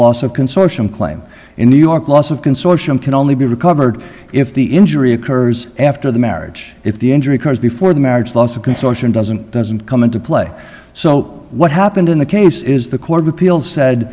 loss of consortium claim in new york loss of consortium can only be recovered if the injury occurs after the marriage if the injury occurs before the marriage loss of consortium doesn't doesn't come into play so what happened in the case is the court of appeals said